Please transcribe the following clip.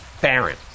Baron